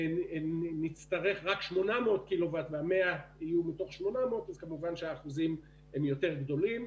ונשתמש רק ב-800 קילו-וואט לשעה אז כמובן שהאחוזים יהיו יותר גדולים.